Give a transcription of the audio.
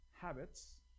habits